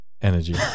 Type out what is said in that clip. Energy